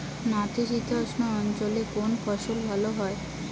নাতিশীতোষ্ণ অঞ্চলে কোন ফসল ভালো হয়?